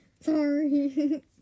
Sorry